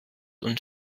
und